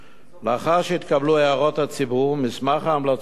לאחר שהתקבלו הערות הציבור עודכן מסמך ההמלצות,